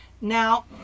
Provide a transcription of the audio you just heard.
Now